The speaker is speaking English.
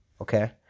okay